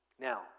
Now